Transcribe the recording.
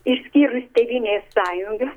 išskyrus tėvynės sąjungą